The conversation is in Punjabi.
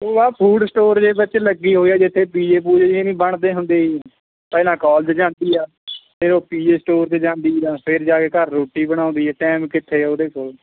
ਉਹ ਆਹ ਫੂਡ ਸਟੋਰ ਜਿਹੇ ਵਿੱਚ ਲੱਗੀ ਹੋਈ ਆ ਜਿੱਥੇ ਪੀਜੇ ਪੂਜੇ ਜਿਹੇ ਨਹੀਂ ਬਣਦੇ ਹੁੰਦੇ ਜੀ ਪਹਿਲਾਂ ਕੋਲਜ ਜਾਂਦੀ ਆ ਫਿਰ ਉਹ ਪੀਜੇ ਸਟੋਰ 'ਚ ਜਾਂਦੀ ਆ ਫਿਰ ਜਾ ਕੇ ਘਰ ਰੋਟੀ ਬਣਾਉਂਦੀ ਹੈ ਟਾਈਮ ਕਿੱਥੇ ਉਹਦੇ ਕੋਲ